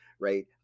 right